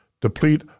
deplete